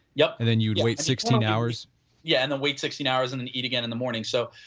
yeah and then you would wait sixteen hours yeah, and then wait sixteen hours and and eat again in the morning. so,